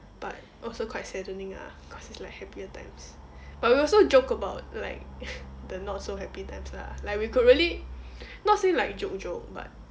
but also quite saddening ah cause it's like happier times but we also joked about like the not so happy times lah like we could really not say like joke joke but